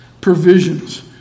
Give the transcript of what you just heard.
provisions